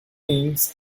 means